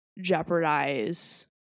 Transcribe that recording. jeopardize